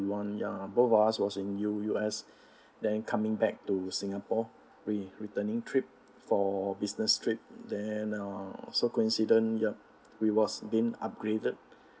one ya both of us was in U_S then coming back to singapore re~ returning trip for business trip then uh so coincident ya we was being upgraded